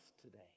today